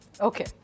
Okay